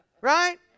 right